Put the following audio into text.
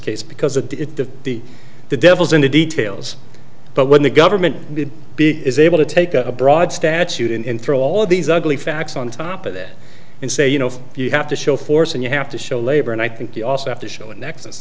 case because of the the devil's in the details but when the government the big is able to take a broad statute in through all these ugly facts on top of that and say you know you have to show force and you have to show labor and i think you also have to show a nexus